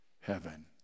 heaven